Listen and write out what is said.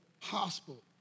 possible